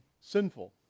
sinful